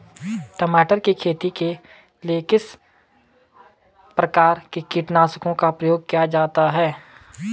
टमाटर की खेती के लिए किस किस प्रकार के कीटनाशकों का प्रयोग किया जाता है?